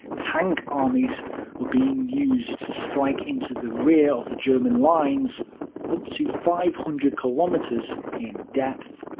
tank armies were being used to strike into the rear of the german lines up to five hundred kilometers in depth.